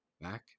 back